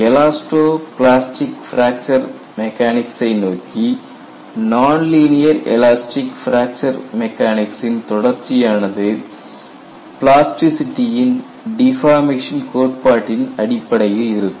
elasto plastic fracture மெக்கானிக் சை நோக்கி நான்லீனியர் எலாஸ்டிக் பிராக்சர் மெக்கானிக் சின் தொடர்ச்சியானது பிளாஸ்டிசிட்டியின் டிபார்மேஷன் கோட்பாட்டின் அடிப்படையில் இருக்கும்